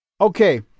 Okay